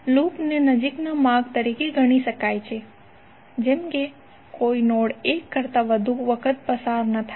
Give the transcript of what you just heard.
લૂપને નજીકના માર્ગ તરીકે ગણી શકાય જેમ કે કોઈ નોડ એક કરતા વધુ વખત પસાર ન થાય